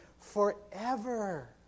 forever